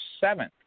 seventh